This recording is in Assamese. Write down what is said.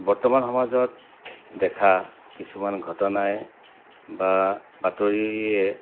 বৰ্তমান সমাজত দেখা কিছুমান ঘটনাই বা বাতৰিয়ে